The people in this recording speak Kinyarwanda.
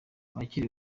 abakiri